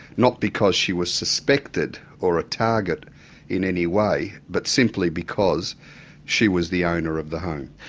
not because she was suspected or a target in any way, but simply because she was the owner of the home.